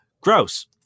gross